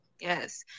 Yes